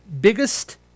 biggest